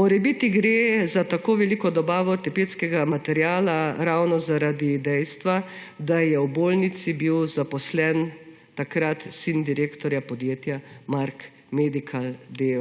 Morebiti gre za tako veliko dobavo ortopedskega materiala ravno zaradi dejstva, da je bil v bolnici takrat zaposlen sin direktorja podjetja Mark Medical, d.